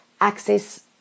access